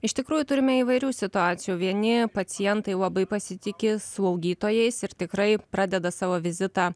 iš tikrųjų turime įvairių situacijų vieni pacientai labai pasitiki slaugytojais ir tikrai pradeda savo vizitą